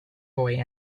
boy